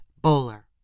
bowler